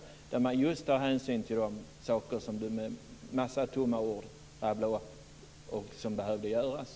I dessa ska man då ta hänsyn till just de saker som behöver göras och som Rigmor Stenmark rabblar upp med en massa tomma ord.